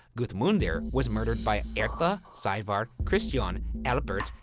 gudmunder was murdered by erla, saevar, kristjan, albert,